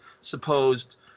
supposed